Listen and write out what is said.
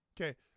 Okay